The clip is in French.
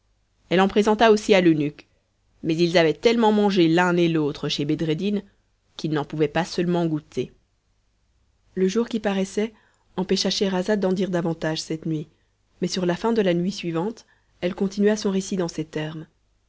elle en présenta aussi à l'eunuque mais ils avaient tellement mangé l'un et l'autre chez bedreddin qu'ils n'en pouvaient pas seulement goûter le jour qui paraissait empêcha scheherazade d'en dire davantage cette nuit mais sur la fin de la suivante elle continua son récit dans ces termes